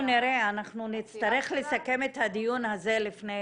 אנחנו נצטרך לסכם את הדיון הזה לפני